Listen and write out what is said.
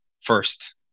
first